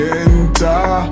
enter